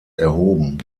erhoben